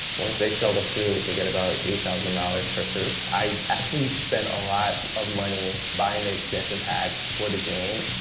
once they sell the fruit, they get about eight thousand dollars per fruit. i actually spend a lot of money buying the expansion packs for the game.